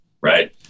right